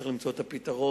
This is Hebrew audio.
צריך למצוא את הפתרון.